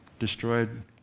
destroyed